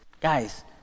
guys